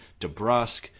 DeBrusque